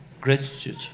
gratitude